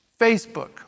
Facebook